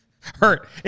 hurt